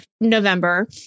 November